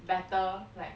better like